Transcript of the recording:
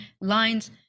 lines